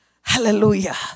Hallelujah